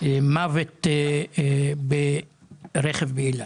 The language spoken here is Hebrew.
ומוות ברכב אילת.